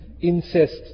incest